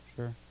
Sure